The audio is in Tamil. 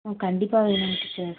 ஆ கண்டிப்பாக வேணுங்க டீச்சர்